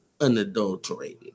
unadulterated